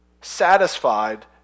satisfied